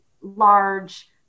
large